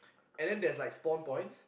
and then there's like spawn points